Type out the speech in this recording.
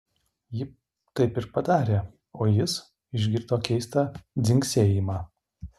ji taip ir padarė o jis išgirdo keistą dzingsėjimą